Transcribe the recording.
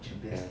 yes